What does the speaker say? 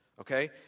Okay